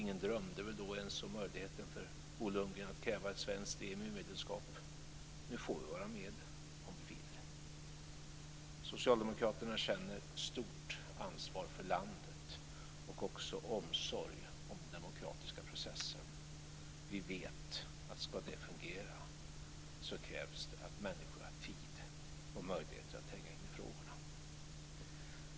Ingen drömde väl då ens om möjligheten för Bo Lundgren att kräva ett svenskt EMU medlemskap. Nu får vi vara med om vi vill. Socialdemokraterna känner stort ansvar för landet och också omsorg om den demokratiska processen. Vi vet att ska det fungera krävs det att människor har tid och möjlighet att tränga in i frågorna.